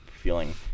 feeling